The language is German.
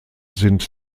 sind